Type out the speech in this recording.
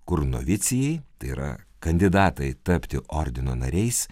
kur novicijai tai yra kandidatai tapti ordino nariais